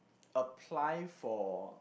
apply for